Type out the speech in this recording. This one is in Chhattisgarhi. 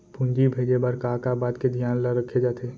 पूंजी भेजे बर का का बात के धियान ल रखे जाथे?